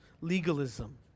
legalism